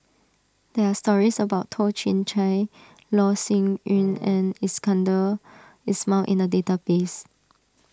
there are stories about Toh Chin Chye Loh Sin Yun and Iskandar Ismail in the database